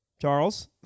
Charles